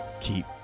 Keep